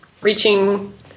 reaching